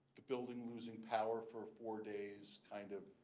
the building losing power for four days kind of